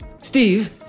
Steve